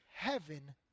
Heaven